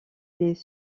des